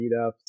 meetups